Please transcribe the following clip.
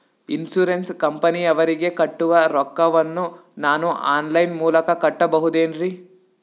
Insurance ಕಂಪನಿಯವರಿಗೆ ಕಟ್ಟುವ ರೊಕ್ಕ ವನ್ನು ನಾನು ಆನ್ ಲೈನ್ ಮೂಲಕ ಕಟ್ಟಬಹುದೇನ್ರಿ?